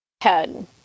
Head